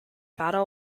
battle